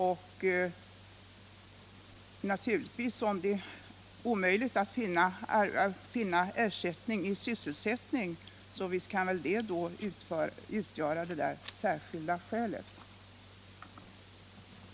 Om det är omöjligt att finna ersättningssysselsättning kan naturligtvis det utgöra det särskilda skäl som skall föreligga.